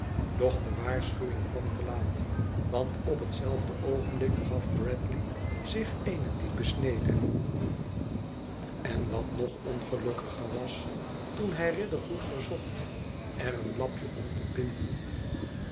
doch de waarschuwing kwam te laat want op hetzelfde oogenblik gaf bradley zich eene diepe snede en wat nog ongelukkiger was toen hij riderhood verzocht er een lapje om te binden